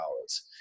hours